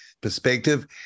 perspective